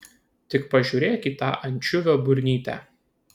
tik pažiūrėk į tą ančiuvio burnytę